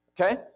Okay